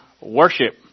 worship